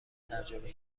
تجربه